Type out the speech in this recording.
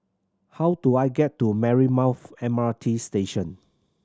how do I get to Marymounth M R T Station